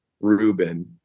Rubin